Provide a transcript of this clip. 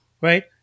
right